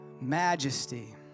Majesty